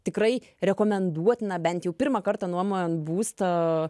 tikrai rekomenduotina bent jau pirmą kartą nuomojant būstą